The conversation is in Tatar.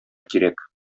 кирәк